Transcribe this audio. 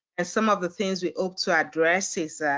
and some of the things we hope to address is